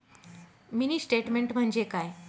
Mini statement म्हणजे काय?